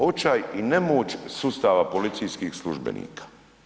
Očaj i nemoć sustava policijskih službenika.